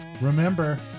Remember